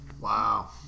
Wow